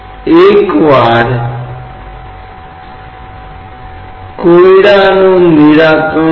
यह जानने के लिए कि कुल बल क्या है जो कार्य कर रहा है